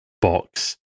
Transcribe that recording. box